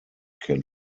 can